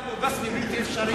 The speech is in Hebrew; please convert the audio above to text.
מועמדות לאבו-בסמה בלתי אפשרית.